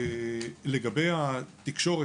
לגבי התקשורת,